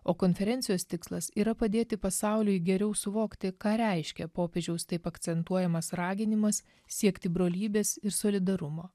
o konferencijos tikslas yra padėti pasauliui geriau suvokti ką reiškia popiežiaus taip akcentuojamas raginimas siekti brolybės ir solidarumo